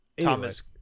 thomas